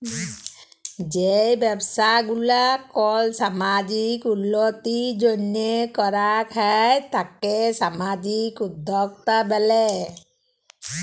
যেই ব্যবসা গুলা কল সামাজিক উল্যতির জন্হে করাক হ্যয় তাকে সামাজিক উদ্যক্তা ব্যলে